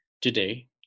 today